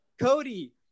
Cody